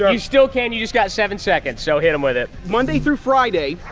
you still can. you just got seven seconds. so hit them with it. monday through friday,